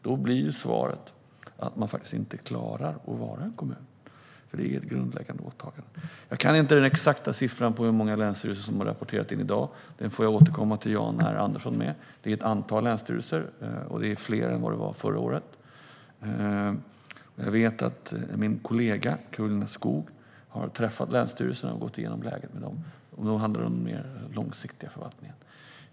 Då blir svaret att man faktiskt inte klarar att vara en kommun, för det här är ett grundläggande åtagande. Jag kan inte den exakta siffran på hur många länsstyrelser som har rapporterat in i dag, utan den får jag återkomma till Jan R Andersson med. Det är ett antal länsstyrelser, och det är fler än vad det var förra året. Jag vet att min kollega Karolina Skog har träffat länsstyrelserna och gått igenom läget med dem när det gäller den mer långsiktiga förvaltningen.